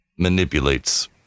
Manipulates